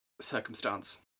circumstance